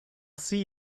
see